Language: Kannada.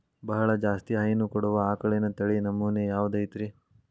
ಬಹಳ ಜಾಸ್ತಿ ಹೈನು ಕೊಡುವ ಆಕಳಿನ ತಳಿ ನಮೂನೆ ಯಾವ್ದ ಐತ್ರಿ?